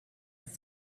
its